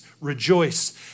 rejoice